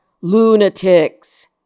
lunatics